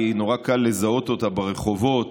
נורא קל לזהות אותה ברחובות,